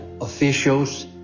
officials